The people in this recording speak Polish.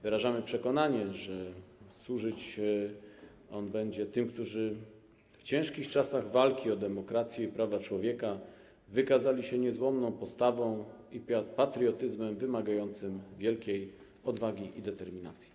Wyrażamy przekonanie, że służyć on będzie tym, którzy w ciężkich czasach walki o demokrację i prawa człowieka wykazali się niezłomną postawą i patriotyzmem wymagającym wielkiej odwagi i determinacji.